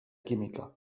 química